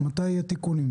מתי יהיו התיקונים?